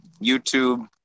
YouTube